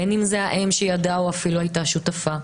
בין אם זה האם שידעה או אפילו הייתה שותפה,